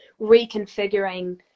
reconfiguring